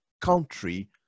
country